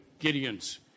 Gideons